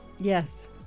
yes